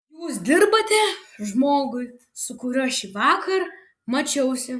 jūs dirbate žmogui su kuriuo šįvakar mačiausi